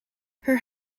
her